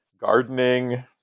gardening